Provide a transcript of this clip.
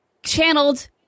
Channeled